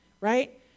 Right